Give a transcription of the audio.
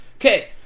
Okay